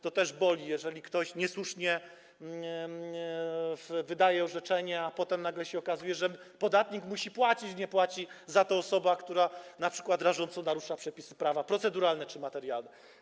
To też boli, jeżeli ktoś niesłusznie wydaje orzeczenie, a potem nagle się okazuje, że podatnik musi płacić, nie płaci za to osoba, która np. rażąco narusza przepisy prawa proceduralne czy materialne.